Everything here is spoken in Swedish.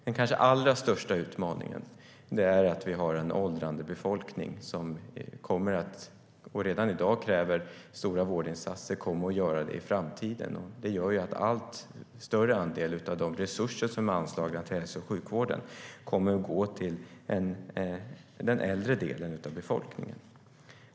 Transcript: Den kanske allra största utmaningen är att vi har en åldrande befolkning som redan i dag kräver stora vårdinsatser och kommer att göra det i framtiden. Det gör att en allt större andel av de resurser som är anslagna till hälso och sjukvården kommer att gå till den äldre delen av befolkningen.